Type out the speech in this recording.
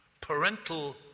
parental